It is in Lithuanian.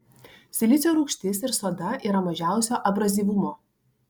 silicio rūgštis ir soda yra mažiausio abrazyvumo